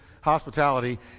hospitality